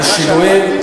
זה שינויים,